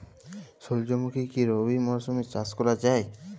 সুর্যমুখী কি রবি মরশুমে চাষ করা যায়?